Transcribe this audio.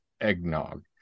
eggnog